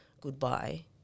goodbye